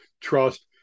trust